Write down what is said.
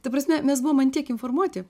ta prasme mes buvom ant tiek informuoti